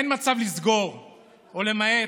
אין מצב לסגור או למעט,